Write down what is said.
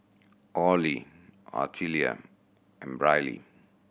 Orley Artelia and Briley